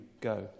go